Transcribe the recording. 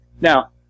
Now